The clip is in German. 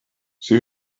sie